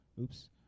oops